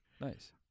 Nice